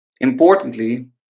Importantly